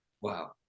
Wow